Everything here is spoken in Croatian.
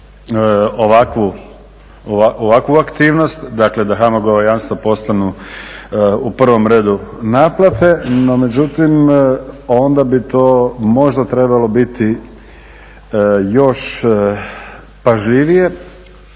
ovakvu aktivnost, dakle da HAMAG-ova jamstva postanu u prvom redu naplate no međutim onda bi to možda trebalo biti još pažljivije